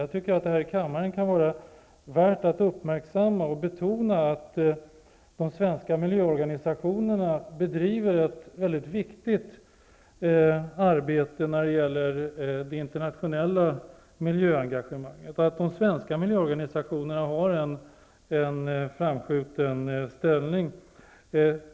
Jag tycker att det kan vara värt att här i kammaren uppmärksamma och betona att de svenska miljöorganisationerna bedriver ett mycket viktigt arbete när det gäller det internationella miljöengagemanget och att de svenska miljöorganisationerna har en framskjuten ställning.